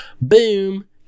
boom